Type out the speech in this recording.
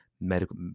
medical